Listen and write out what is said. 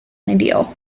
ideal